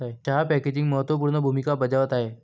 चहा पॅकेजिंग महत्त्व पूर्ण भूमिका बजावत आहे